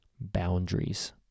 boundaries